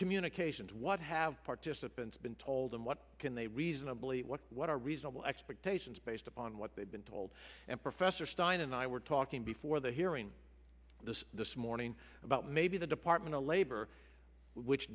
communication what have participants been told and what can they reasonably what what are reasonable expectations based upon what they've been told and professor stein and i were talking before the hearing this this morning about maybe the department of labor which